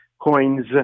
coins